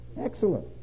excellent